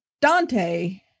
dante